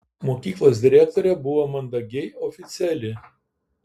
mokyklos direktorė buvo mandagiai oficiali